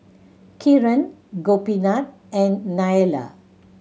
Kiran Gopinath and Neila